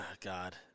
God